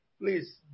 Please